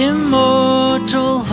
Immortal